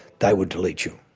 they would delete you.